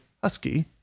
husky